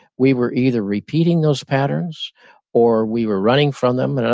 we were either repeating those patterns or we were running from them. and ah